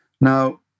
Now